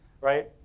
right